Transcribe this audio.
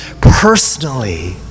personally